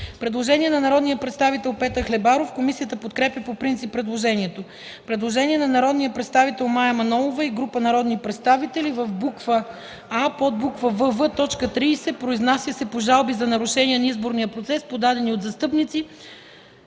Предложение на народния представител Петър Хлебаров: Комисията подкрепя по принцип предложението. Предложение на народния представител Мая Манолова и група народни представители: а) подбуква „вв” т. 30. произнася се по жалби за нарушения на изборния процес, подадени от застъпници,